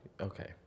Okay